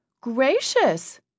Gracious